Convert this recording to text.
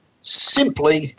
simply